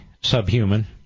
subhuman